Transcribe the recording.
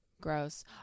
Gross